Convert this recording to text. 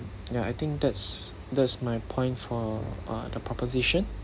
ya I think that's that is my point for uh the proposition